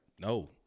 No